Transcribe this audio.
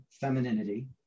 femininity